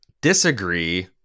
disagree